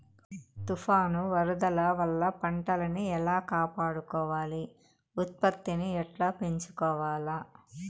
తుఫాను, వరదల వల్ల పంటలని ఎలా కాపాడుకోవాలి, ఉత్పత్తిని ఎట్లా పెంచుకోవాల?